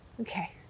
okay